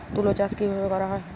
তুলো চাষ কিভাবে করা হয়?